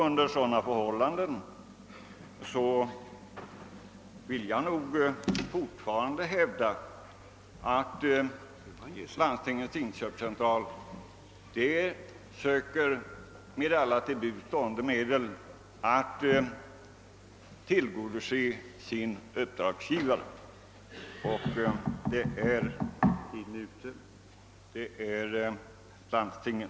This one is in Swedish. Under sådana förhållanden vill jag fortfarande hävda att Landstingens inköpscentral söker med alla till buds stående medel tillgodose sin uppdragsgivare, som är landstingen.